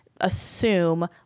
assume